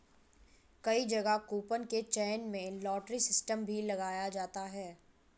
कई जगह कूपन के चयन में लॉटरी सिस्टम भी लगाया जाता है